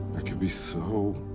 i could be so.